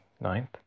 ninth